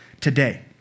today